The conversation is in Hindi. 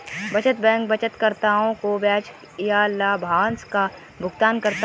बचत बैंक बचतकर्ताओं को ब्याज या लाभांश का भुगतान करता है